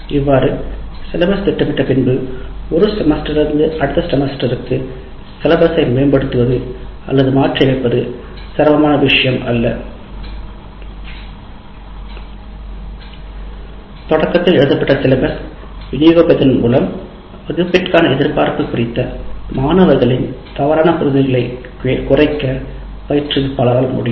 இவ்வாறு சிலபஸ் திட்டமிட்ட பின்பு ஒரு செமஸ்டரிலிருந்து அடுத்த செமஸ்டருக்கு சிலபஸை மேம்படுத்துவது அல்லது மாற்றியமைப்பது சிரமமான விஷயம் அல்ல பாடத்தின் தொடக்கத்தில் எழுதப்பட்ட பாடத்திட்டத்தை விநியோகிப்பதன் மூலம் வகுப்பிற்கான எதிர்பார்ப்பு குறித்த மாணவர்களின் தவறான புரிதல்களைக் குறைக்க பயிற்றுவிப்பாளரால் முடியும்